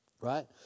right